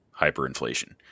hyperinflation